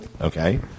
okay